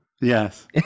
Yes